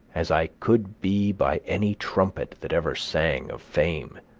as i could be by any trumpet that ever sang of fame.